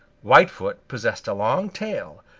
whitefoot possessed a long tail,